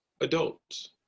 adults